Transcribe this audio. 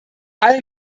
alle